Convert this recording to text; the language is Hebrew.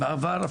בעבר,